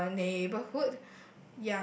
uh neighbourhood